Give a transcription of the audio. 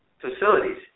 facilities